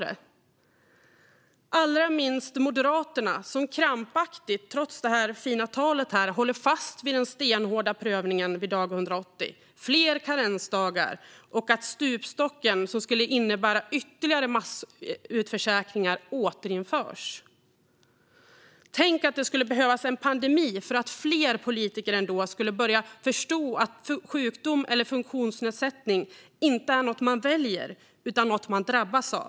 Det gör allra minst Moderaterna som krampaktigt, trots det fina talet här, håller fast vid den stenhårda prövningen vid dag 180, fler karensdagar och att stupstocken, som skulle innebära ytterligare massutförsäkringar, återinförs. Tänk att det skulle behövas en pandemi för att fler politiker skulle börja förstå att sjukdom eller funktionsnedsättning inte är något man väljer utan något man drabbas av!